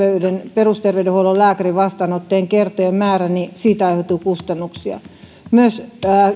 perusterveydenhuollon lääkärin vastaanottokertojen määrä niin siitä aiheutuu kustannuksia